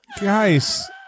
Guys